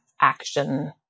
action